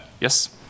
Yes